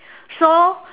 so